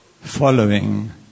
Following